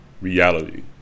reality